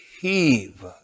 heave